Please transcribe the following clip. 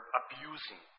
abusing